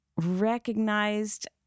recognized